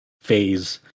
phase